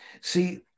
See